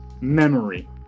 Memory